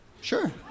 Sure